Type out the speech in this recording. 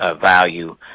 value